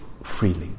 freely